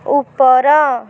ଉପର